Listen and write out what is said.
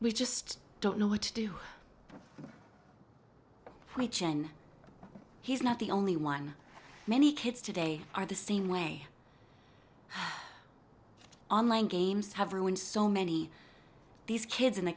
we just don't know what to do he's not the only one many kids today are the same way online games have ruined so many these kids in the